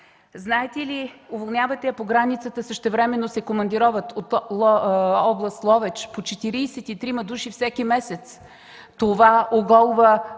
Знаете ли, уволнявате, а по границата същевременно се командироват от област Ловеч по 43 души всеки месец? Това оголва